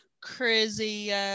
crazy